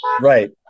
right